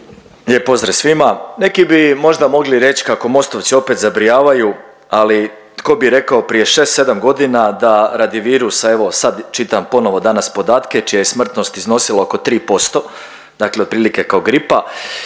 Lijep pozdrav svima. Neki bi možda mogli reći kako Mostovci opet zabrijavaju, ali tko bi rekao prije šest, sedam godina da radi virusa evo sad čitam ponovo danas podatke čija je smrtnost iznosila oko 3%, dakle otprilike kao gripa